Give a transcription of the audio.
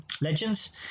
legends